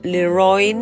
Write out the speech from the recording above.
Leroy